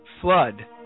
Flood